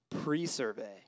pre-survey